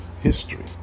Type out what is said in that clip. history